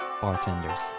bartenders